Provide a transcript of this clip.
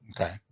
okay